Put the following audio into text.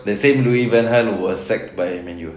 the same louis van gaal were sacked by man U